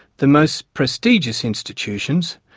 the most prestigious institutions,